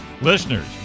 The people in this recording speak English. Listeners